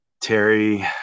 Terry